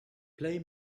play